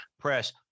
Press